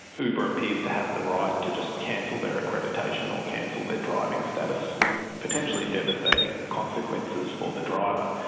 uber appears to have the right to just cancel their accreditation or cancel their driving status, with potentially devastating consequences for the driver.